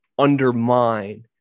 Undermine